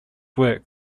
work